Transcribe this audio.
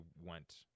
went